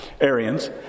Arians